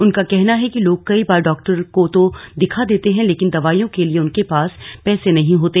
उनका कहना है कि लोग कई बार डॉक्टर को तो दिखा देते हैं लेकिन दवाइयों के लिए उनके पास पैसे नहीं होते